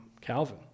Calvin